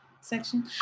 section